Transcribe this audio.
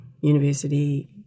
university